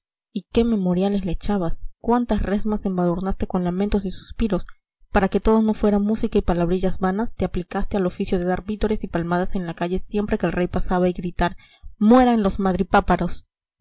y qué memoriales le echabas cuántas resmas embadurnaste con lamentos y suspiros para que todo no fuera música y palabrillas vanas te aplicaste el oficio de dar vítores y palmadas en la calle siempre que el rey pasaba y gritar mueran los